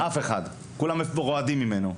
כולם רועדים ממנו.